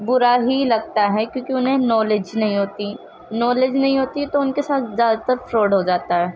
برا ہی لگتا ہے کیونکہ انہیں نالج نہیں ہوتی نالج نہیں ہوتی ہے تو ان کے ساتھ زیادہ تر فراڈ ہو جاتا ہے